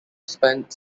spent